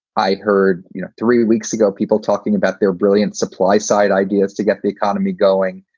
i heard you know three weeks ago people talking about their brilliant supply side ideas to get the economy going.